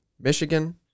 Michigan